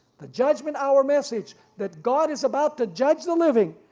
the judgment hour message that god is about to judge the living,